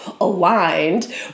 aligned